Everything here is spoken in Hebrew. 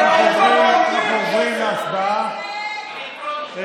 אנחנו עוברים להצבעה.